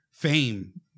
Fame